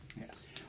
Yes